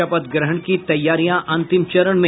शपथ ग्रहण की तैयारियां अंतिम चरण में